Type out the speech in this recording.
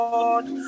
Lord